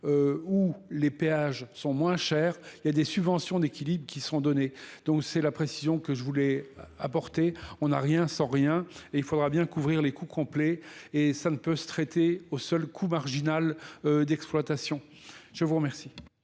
où les péages sont moins chers, il y a des subventions d'équilibre qui sont données, donc c'est la précision que je voulais apporter, on n'a rien sans rien et il faudra bien couvrir, les coûts complets et cela ne peut se traiter, au seul coût marginal d'exploitation je vous remercie